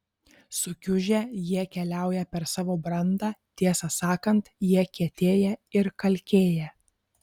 sukiužę jie keliauja per savo brandą tiesą sakant jie kietėja ir kalkėja